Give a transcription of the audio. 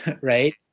right